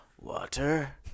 Water